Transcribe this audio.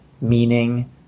meaning